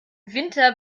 winter